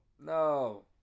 No